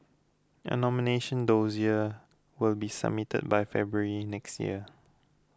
a nomination dossier will be submitted by February next year